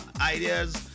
ideas